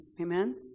Amen